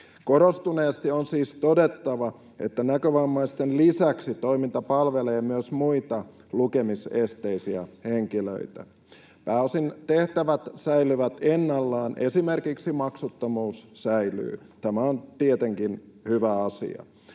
Korostuneesti on siis todettava, että näkövammaisten lisäksi toiminta palvelee myös muita lukemisesteisiä henkilöitä. Tehtävät säilyvät pääosin ennallaan, esimerkiksi maksuttomuus säilyy — tämä on tietenkin hyvä asia.